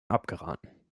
abgeraten